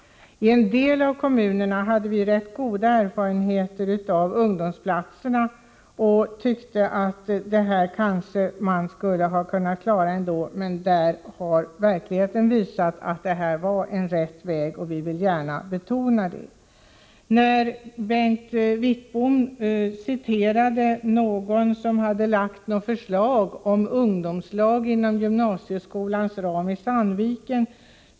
I en del kommuner hade vi rätt goda erfarenheter av ungdomsplatserna och tyckte att man kanske skulle ha klarat sig med dessa, men verkligheten har visat att ungdomslagen är den rätta vägen, som vi gärna vill fortsätta på. Bengt Wittbom citerade någon som hade lagt fram förslag om ungdomslag inom gymnasieskolans ram i Sandviken.